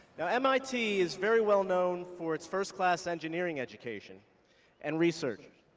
now, mit is very well known for its first-class engineering education and research.